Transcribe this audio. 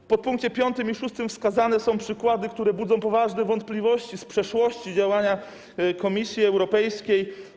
W pkt 5 i 6 wskazane są przykłady, które budzą poważne wątpliwości z przeszłości działania Komisji Europejskiej.